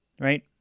right